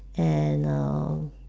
and err